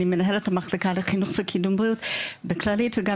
אני מנהלת המחלקה לחינוך וקידום בריאות בכללית וגם